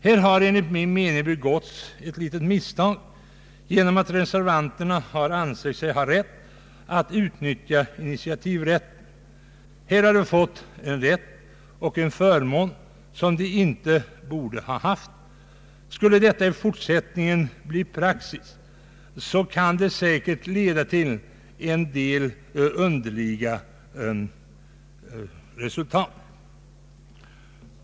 Det har enligt min mening begåtts ett misstag genom att reservanterna använt initiativrätten; här har de fått en rätt och en förmån som de inte borde ha haft. Skulle detta i fortsättningen bli praxis, så kan det säkert leda till en del underliga resultat.